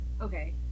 Okay